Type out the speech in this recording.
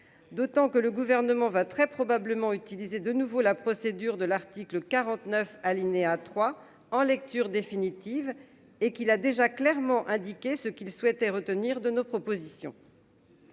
d'autant que le gouvernement va très probablement utilisé de nouveau la procédure de l'article 49 alinéa 3 en lecture définitive et qu'il a déjà clairement indiqué ce qu'il souhaitait retenir de nos propositions.